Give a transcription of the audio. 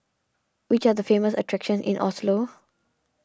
which are the famous attractions in Oslo